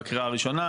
בקריאה הראשונה,